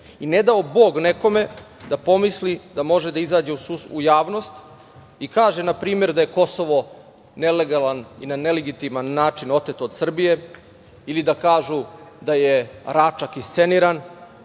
I ne dao bog nekome da pomisli da može da izađe u javnost i kaže, na primer, da je Kosovo nelegalan i na nelegitiman način oteto od Srbije, ili da kažu da je Račak isceniran,